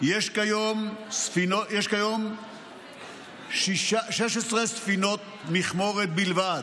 יש כיום 16 ספינות מכמורת בלבד,